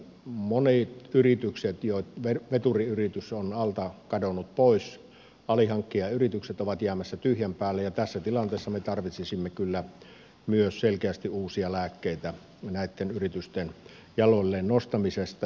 monet yritykset joitten veturiyritys on alta kadonnut pois alihankkijayritykset ovat jäämässä tyhjän päälle ja tässä tilanteessa me tarvitsisimme kyllä myös selkeästi uusia lääkkeitä näitten yritysten jaloilleen nostamiseksi